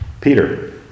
Peter